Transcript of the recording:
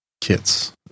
Kits